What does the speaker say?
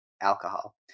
alcohol